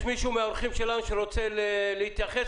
יש מישהו מהאורחים שלנו שרוצה להתייחס?